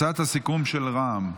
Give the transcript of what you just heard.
הצעת הסיכום של רע"מ.